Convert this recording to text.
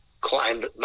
climbed